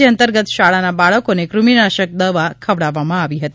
જે અંતર્ગત શાળાના બાળકો ને દૃમિનાશક દવા ખવડાવવામાં આવી હતી